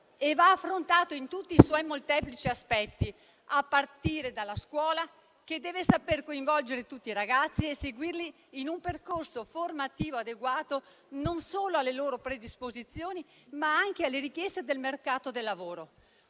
e va affrontato in tutti i suoi molteplici aspetti, a partire dalla scuola, che deve saper coinvolgere tutti i ragazzi e seguirli in un percorso formativo adeguato non solo alle loro predisposizioni, ma anche alle richieste del mercato del lavoro.